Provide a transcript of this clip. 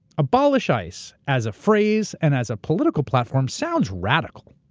abolish ice as a phrase and as a political platform sounds radical.